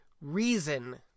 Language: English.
reason